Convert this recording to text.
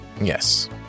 Yes